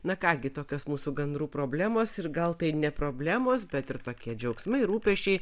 na ką gi tokios mūsų gandrų problemos ir gal tai ne problemos bet ir tokie džiaugsmai rūpesčiai